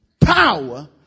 power